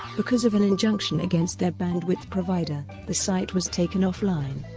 because of an injunction against their bandwidth provider, the site was taken offline.